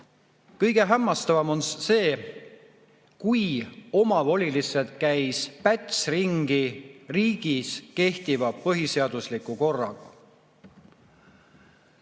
"Kõige hämmastavam on, kui omavoliliselt käis Päts ringi riigis kehtiva põhiseadusliku korraga."